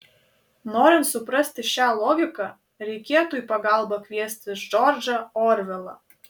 norint suprasti šią logiką reikėtų į pagalbą kviestis džordžą orvelą